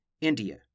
India